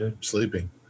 Sleeping